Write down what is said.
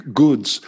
goods